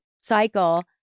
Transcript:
cycle